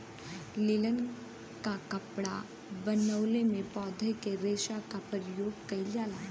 linen क कपड़ा बनवले में पौधा के रेशा क परयोग कइल जाला